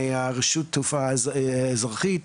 מרשות התעופה האזרחית